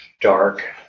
dark